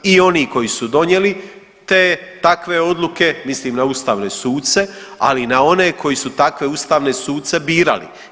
I oni koji su donijeli te takve odluke, mislim na ustavne suce, ali i na one koji su takve ustavne suce birali.